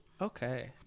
Okay